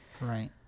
Right